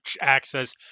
access